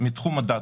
מתחום הדת.